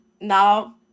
now